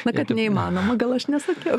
na kad neįmanoma gal aš nesakiau